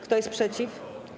Kto jest przeciw?